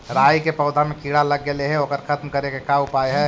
राई के पौधा में किड़ा लग गेले हे ओकर खत्म करे के का उपाय है?